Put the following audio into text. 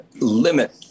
limit